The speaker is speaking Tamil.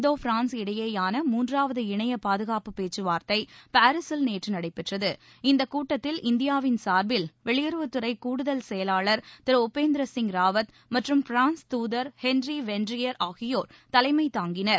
இந்தோ பிரான்ஸ் இடையேயான மூன்றாவது இணைய பாதுகாப்பு பேச்சுவார்த்தை பாரிசில் நேற்று நடைபெற்றது இந்தக் கூட்டத்தில் இந்தியாவின் சார்பில் வெளியுறவுத் துறை கூடுதல் செயலாளர் திரு உபேந்திர சிங் ராவத் மற்றும் பிரான்ஸ் தூதர் ஹென்றி வெர்தியார் ஆகியோர் தலைமை தாங்கினார்